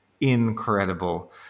incredible